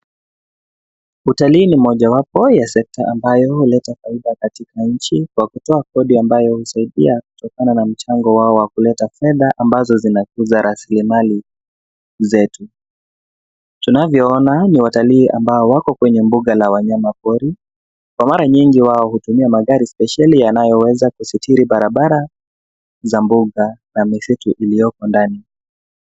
Utalii ni mojawapo ya sketa ambayo uleta faida katika nchi kwa kutoa kodi ambayo usaidia kutokana na mchango wao wa kuleta fedha ambazo zinakuza rasilimali zetu. Tunavyoona ni watalii ambayo kwenye mbunga la wanyama pori kwa mara nyingi wao hutumia magari spesheli yanayoweza kusitiri barabara za mbunga na misitu iliyoko ndani.